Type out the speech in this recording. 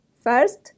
first